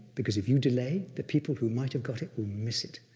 because if you delay, the people who might have got it will miss it.